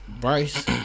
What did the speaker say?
Bryce